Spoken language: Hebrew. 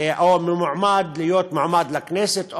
או ממועמד להיות מועמד לכנסת,